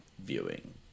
viewing